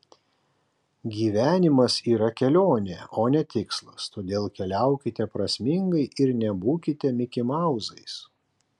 gyvenimas yra kelionė o ne tikslas todėl keliaukite prasmingai ir nebūkite mikimauzais